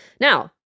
Now